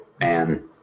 man